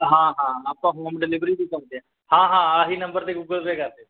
ਹਾਂ ਹਾਂ ਆਪਾਂ ਹੋਮ ਡਿਲੀਵਰੀ ਵੀ ਕਰਦੇ ਹਾਂ ਹਾਂ ਹਾਂ ਆਹੀ ਨੰਬਰ 'ਤੇ ਗੂਗਲ ਪੇ ਕਰ ਦਿਓ